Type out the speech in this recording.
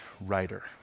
writer